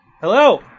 Hello